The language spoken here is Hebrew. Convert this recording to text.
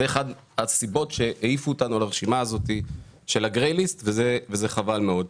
זאת אחת הסיבות שהעיפו אותנו לרשימה הזאת של ה-grey list וזה חבל מאוד.